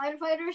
firefighters